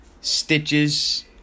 Stitches